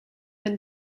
been